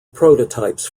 prototypes